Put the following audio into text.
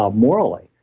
um morally,